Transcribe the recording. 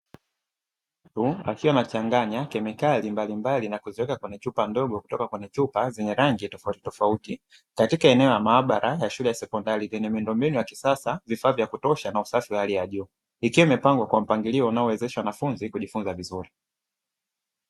Mtu akiwa anachanganya kemikali mbalimbali na kuziweka kwenye chupa ndogo, kutoka kwenye chupa zenye rangi tofautitofauti. Katika eneo la maabara ya shule ya sekondari; yenye miundombinu ya kisasa, vifaa vya kutosha na usafi wa hali ya juu, ikiwa imepangwa kwa mpangilio unaowezesha wanafunzi kujifunza vizuri.